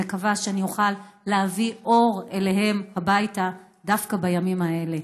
ואני מקווה שאני אוכל להביא אור אליהם הביתה דווקא בימים האלה